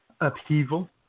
upheaval